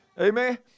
Amen